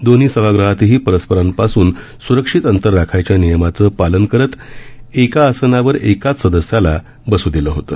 दोन्ही सभागृहातही परस्परांपासून स्रक्षित अंतर राखायच्या नियमाचं पालन करत एक आसनावर एकाच सदस्याल बसायला दिलं होतं